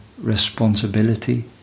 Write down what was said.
responsibility